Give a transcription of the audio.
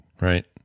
right